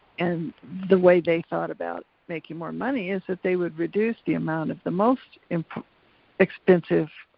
and the way they thought about making more money is that they would reduce the amount of the most expensive